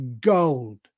gold